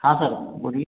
हाँ सर बोलिए